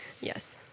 Yes